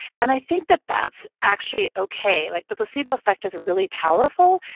and i think that that's actually okay. like the placebo effect is really powerful.